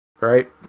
right